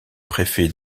préfet